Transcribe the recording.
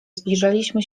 zbliżaliśmy